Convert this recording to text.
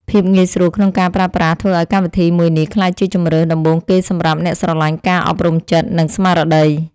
ភាពងាយស្រួលក្នុងការប្រើប្រាស់ធ្វើឱ្យកម្មវិធីមួយនេះក្លាយជាជម្រើសដំបូងគេសម្រាប់អ្នកស្រឡាញ់ការអប់រំចិត្ត និង ស្មារតី។